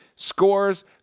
Scores